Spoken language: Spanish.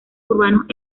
urbanos